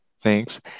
Thanks